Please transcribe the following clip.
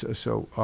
ah so